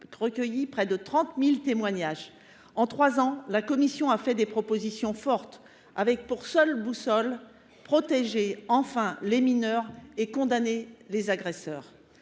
recueilli près de 30 000 témoignages. En trois ans, la Commission a fait des propositions fortes avec pour seule boussole la volonté de protéger enfin les mineurs et de condamner les agresseurs.